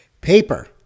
Paper